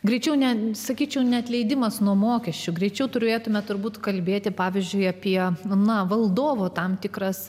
greičiau ne sakyčiau ne atleidimas nuo mokesčių greičiau turėtumėme turbūt kalbėti pavyzdžiui apie na valdovo tam tikras